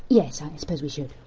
yes. i suppose we should.